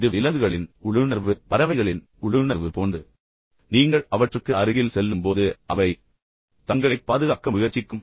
இது விலங்குகளின் உள்ளுணர்வு பறவைகளின் உள்ளுணர்வு போன்றது நீங்கள் அவற்றுக்கு அருகில் செல்லும்போது அவை தங்களைப் பாதுகாக்க முயற்சிக்கும்